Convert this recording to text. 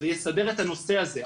ויסדר את הנושא הזה,